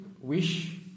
wish